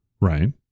Right